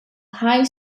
high